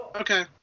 Okay